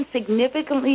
significantly